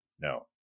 No